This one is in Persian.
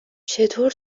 چطور